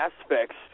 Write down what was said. aspects